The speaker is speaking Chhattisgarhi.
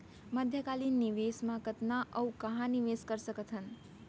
मध्यकालीन निवेश म कतना अऊ कहाँ निवेश कर सकत हन?